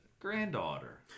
granddaughter